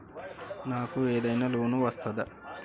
నాకు ఏదైనా లోన్ వస్తదా?